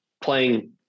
playing